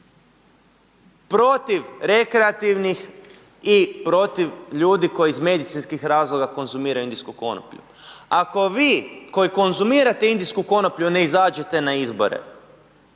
Protiv rekreativnih i protiv ljudi koji iz medicinskih razloga konzumiraju indijsku konoplju, ako vi koji konzumirate indijsku konoplju ne izađete na izbore